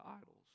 idols